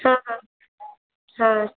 ಹಾಂ ಹಾಂ